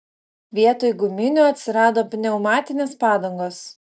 vietoj guminių atsirado pneumatinės padangos